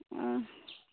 ओ